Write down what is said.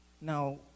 Now